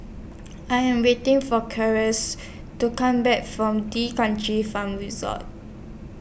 I Am waiting For to Come Back from D'Kranji Farm Resort